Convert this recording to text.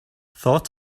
thought